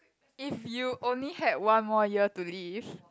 if you only had one more year to live